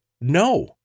no